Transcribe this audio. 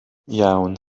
iawn